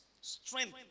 Strength